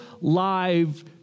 live